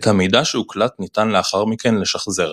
את המידע שהוקלט ניתן לאחר-מכן לשחזר,